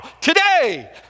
today